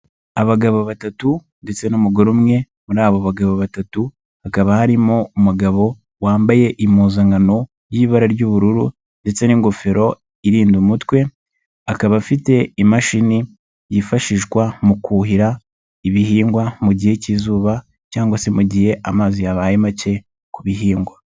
Abagabo batatu ndetse n'umugore umwe muri abo bagabo batatu, hakaba harimo umugabo wambaye impuzankano y'ibara ry'ubururu ndetse n'ingofero irinda umutwe, akaba afite imashini yifashishwa mu kuhira ibihingwa mu gihe k'izuba cyangwa se mu gihe amazi yabaye make ku bihingwa.